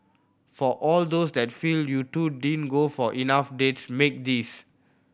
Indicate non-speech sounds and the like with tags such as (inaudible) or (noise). for all those that feel you two don't (unintelligible) for enough dates make this